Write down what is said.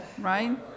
right